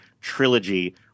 trilogy